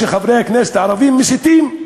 שחברי הכנסת הערבים מסיתים.